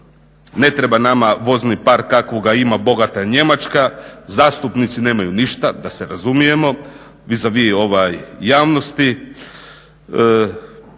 ne treba nama vozni park kakvoga ima bogata Njemačka, zastupnici nemaju ništa da se razumijemo, vis a vis javnosti,